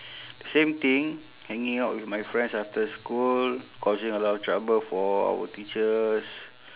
same thing hanging out with my friends after school causing a lot of trouble for our teachers